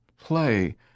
play